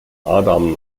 adam